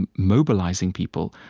and mobilizing people,